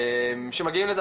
שמגיעים לזה,